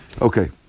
Okay